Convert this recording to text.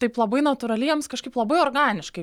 taip labai natūraliai jiems kažkaip labai organiškai